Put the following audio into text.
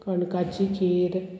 कणकाची खीर